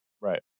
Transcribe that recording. Right